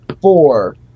four